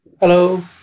Hello